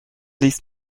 least